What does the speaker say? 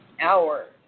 hour